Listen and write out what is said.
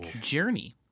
Journey